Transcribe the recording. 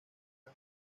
más